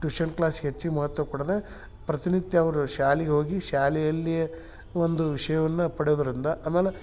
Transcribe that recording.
tuition ಕ್ಲಾಸಿಗೆ ಹೆಚ್ಚಿಗೆ ಮಹತ್ವ ಕೊಡದೇ ಪ್ರತಿನಿತ್ಯ ಅವರು ಶಾಲಿಗೆ ಹೋಗಿ ಶಾಲೆಯಲ್ಲಿಯೇ ಒಂದು ವಿಷಯವನ್ನು ಪಡೆದುದರಿಂದ ಆಮೇಲೆ